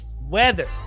Weather